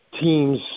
teams